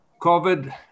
COVID